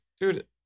Dude